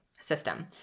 system